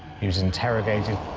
he was interrogated.